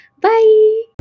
bye